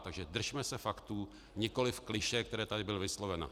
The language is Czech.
Takže držme se faktů, nikoliv klišé, která tady byla vyslovena.